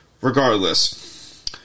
regardless